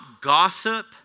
gossip